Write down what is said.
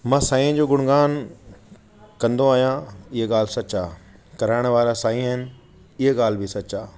मां साईं जो गुणगान कंदो आहियां हीअ ॻाल्हि सच आहे कराइण वारा साईं आहिनि हीअ ॻाल्हि बि सच आहे